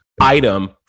item